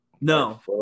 No